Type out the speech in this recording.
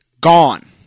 gone